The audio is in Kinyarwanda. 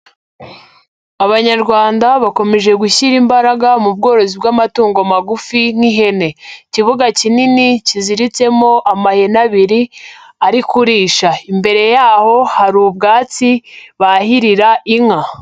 Abanyarwanda bakomeje gushyira imbaraga mu bworozi bw'amatungo magufi nk'ihene. Ikibuga kinini kiziritsemo amahene abiri ari kurisha. Imbere yaho hari ubwatsi bahirira inka.